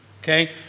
Okay